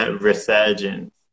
Resurgence